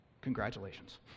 Congratulations